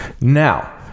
Now